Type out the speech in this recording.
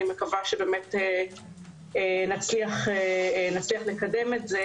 אני מקווה שבאמת נצליח לקדם את זה